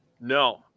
No